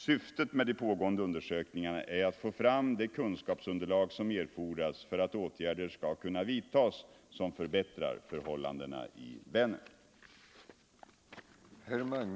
Syftet med de pågående undersökningarna är att få fram det kunskapsunderlag som erfordras för att åtgärder skall kunna vidtas som förbättrar förhållandena i Vänern.